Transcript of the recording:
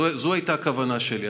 זו הייתה הכוונה שלי.